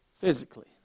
physically